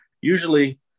Usually